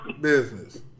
business